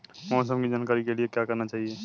मौसम की जानकारी के लिए क्या करना चाहिए?